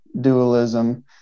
dualism